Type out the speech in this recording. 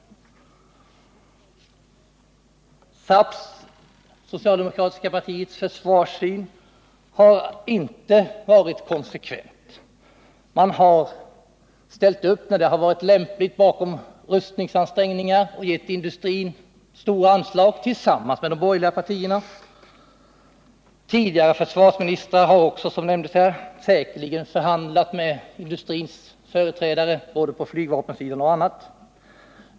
Socialdemokraterna har inte varit konsekventa i sin försvarssyn. De har slutit upp när så har varit lämpligt bakom rustningsansträngningar och beviljat industrin stora anslag tillsammans med de borgerliga partierna. Tidigare försvarsministrar har också säkerligen förhandlat med industrins företrädare såväl på flygvapenområdet som på andra områden.